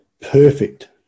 perfect